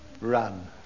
Run